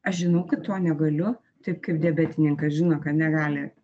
aš žinau kad to negaliu taip kaip diabetininkas žino kad negali